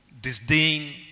disdain